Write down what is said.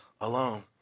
alone